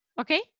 Okay